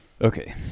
Okay